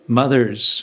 mothers